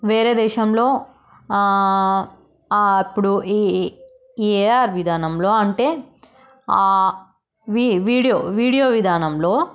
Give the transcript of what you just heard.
వేరే దేశంలో అప్పుడు ఈ ఏఆర్ విధానంలో అంటే వీ వీడియో వీడియో విధానంలో